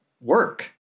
work